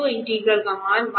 तो इंटीग्रल का मान है